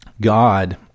God